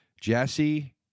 Jesse